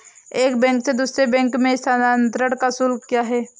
एक बैंक से दूसरे बैंक में स्थानांतरण का शुल्क क्या है?